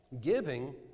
giving